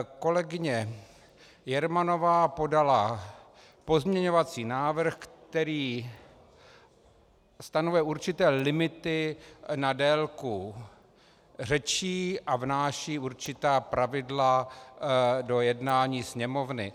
Kolegyně Jermanová podala pozměňovací návrh, který stanovuje určité limity na délku řečí a vnáší určitá pravidla do jednání Sněmovny.